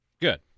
Good